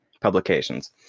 Publications